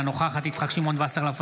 אינה נוכחת יצחק שמעון וסרלאוף,